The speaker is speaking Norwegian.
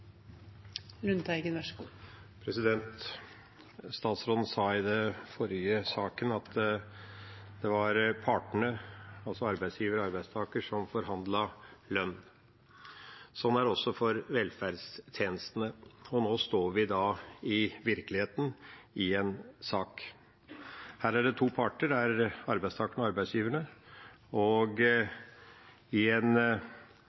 Statsråden sa i den forrige saken at det var partene, altså arbeidsgiver og arbeidstaker, som forhandlet lønn. Sånn er det også for velferdstjenestene, og nå står vi, i virkeligheten, i en sak. Her er det to parter – det er arbeidstakerne og arbeidsgiverne – og